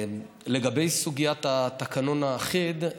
לגבי סוגיית התקנון האחיד,